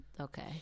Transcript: Okay